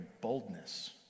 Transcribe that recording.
boldness